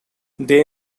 they